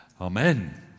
Amen